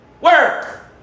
Work